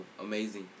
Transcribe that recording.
amazing